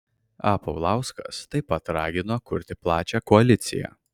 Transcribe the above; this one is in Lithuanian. a paulauskas taip pat ragino kurti plačią koaliciją